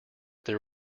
there